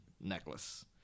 necklace